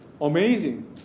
amazing